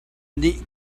nih